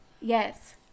Yes